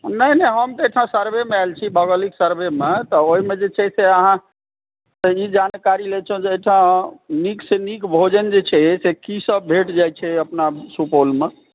नहि नहि हम तऽ एहिठाम सर्वेमे आयल छी भौगोलिक सर्वेमे तऽ ओहिमे जे छै से आहाँ ई जानकारी लितहुँ जे एहिठाम नीकसँ नीक भोजन जे छै से की सब भेट जाइत छै अपना सुपौलमे